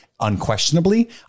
Unquestionably